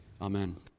Amen